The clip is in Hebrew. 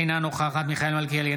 אינה נוכחת מיכאל מלכיאלי,